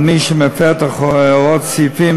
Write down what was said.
על מי שמפר את הוראות סעיפים